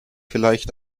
vielleicht